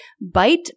bite